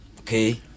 Okay